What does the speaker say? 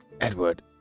Edward